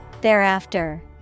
Thereafter